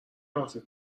تقصیر